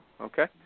Okay